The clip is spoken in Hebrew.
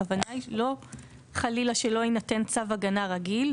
הכוונה היא לא חלילה שלא יינתן צו הגנה רגיל,